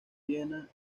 viena